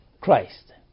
Christ